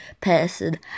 person